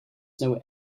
know